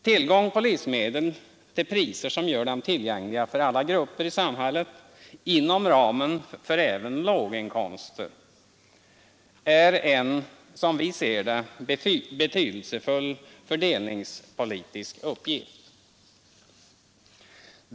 Tillgång på livsmedel till priser som gör dem tillgängliga för alla grupper i samhället inom ramen för även låginkomster är en — som vi ser det — betydelsefull fördelningspolitisk uppgift.